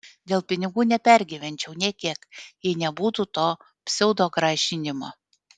dėl pinigų nepergyvenčiau nė kiek jei nebūtų to pseudogrąžinimo